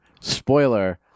Spoiler